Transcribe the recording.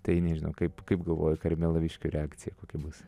tai nežinau kaip kaip galvoji karmėlaviškių reakcija kokia bus